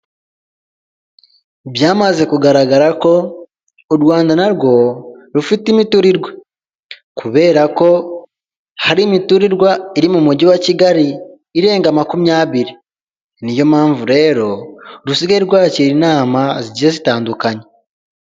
Byamaze kugaragara ko u Rwanda narwo rufite imiturirwa kubera ko hari imiturirwa iri mu mujyi wa kigali irenga makumyabiri niyo mpamvu rero rusigaye rwakira inama zigiye zitandukanye .